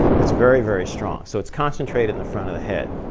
it's very, very strong. so it's concentrated in the front of the head.